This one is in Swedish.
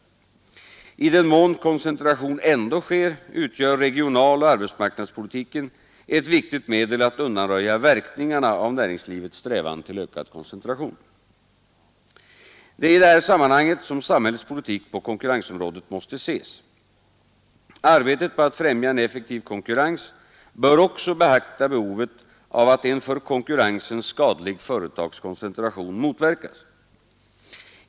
I den mån koncentration ändå sker, utgör regionalpolitiken och arbetsmarknadspolitiken viktiga medel att undanröja verkningarna av näringslivets strävan till ökad koncentration. Det är i detta sammanhang som samhällets politik på konkurrensområdet måste ses. Arbetet på att främja en effektiv konkurrens bör också beakta behovet av att en för konkurrensen skadlig företagskoncentration motverkas.